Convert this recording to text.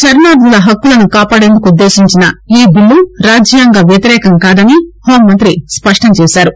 శరణార్గుల హక్కులను కాపాడేందుకు ఉద్దేశించిన ఈ బిల్లు రాజ్యాంగ వ్యతిరేకం కాదని హెూంమంతి స్పష్టం చేశారు